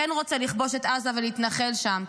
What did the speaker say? כן רוצה לכבוש את עזה ולהתנחל שם.